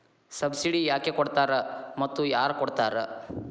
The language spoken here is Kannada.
ಸಬ್ಸಿಡಿ ಯಾಕೆ ಕೊಡ್ತಾರ ಮತ್ತು ಯಾರ್ ಕೊಡ್ತಾರ್?